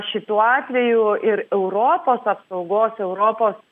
šituo atveju ir europos apsaugos europos